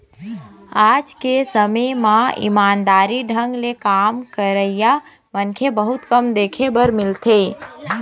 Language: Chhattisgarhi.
आज के समे म ईमानदारी ढंग ले काम करइया मनखे बहुत कम देख बर मिलथें